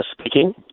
Speaking